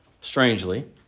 strangely